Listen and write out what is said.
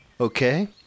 Okay